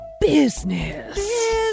Business